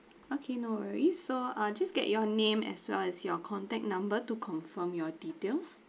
okay no worries so I'll just get your name as well as your contact number to confirm your details